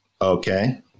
Okay